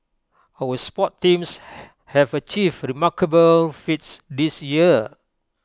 our sports teams have achieved remarkable feats this year